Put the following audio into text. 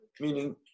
meaning